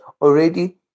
already